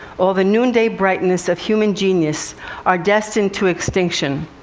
all the noonday brightness of human genius are destined to extinction.